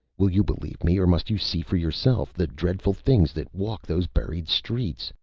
will you believe me, or must you see for yourself the dreadful things that walk those buried streets,